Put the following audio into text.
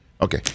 Okay